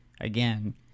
again